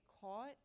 caught